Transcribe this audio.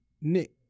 Nick